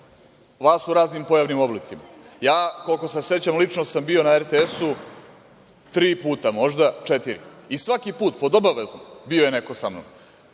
vas u raznim pojavnim oblicima. Koliko se sećam, lično sam bio na RTS tri ili četiri puta i svaki put pod obavezno bio je neko sa mnom